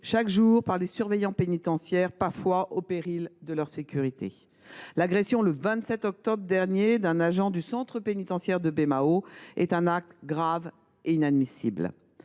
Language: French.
chaque jour par les surveillants pénitentiaires, parfois au péril de leur propre sécurité. L’agression, le 27 octobre dernier, d’un agent du centre pénitentiaire de Baie Mahault est un acte grave et inadmissible.